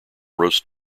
roast